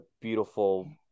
beautiful